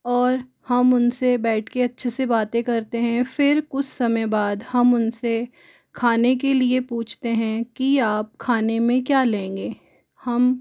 और हम उनसे बैठ के अच्छे से बातें करते हैं फिर कुछ समय बाद हम उनसे खाने के लिए पूछते हैं कि आप खाने में क्या लेंगे हम